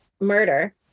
murder